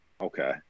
okay